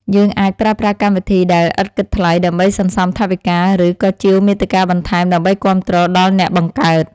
យើងអាចប្រើប្រាស់កម្មវិធីដែលឥតគិតថ្លៃដើម្បីសន្សំថវិកា ឬ ក៏ជាវមាតិកាបន្ថែមដើម្បីគាំទ្រដល់អ្នកបង្កើត។